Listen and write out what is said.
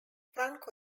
franco